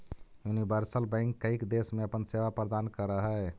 universal bank कईक देश में अपन सेवा प्रदान करऽ हइ